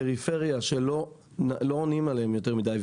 פריפריה שלא עונים עליהם יותר מדיי.